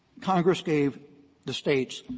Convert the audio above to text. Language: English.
congress gave the states